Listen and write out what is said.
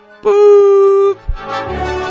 Boop